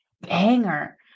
banger